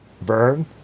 Vern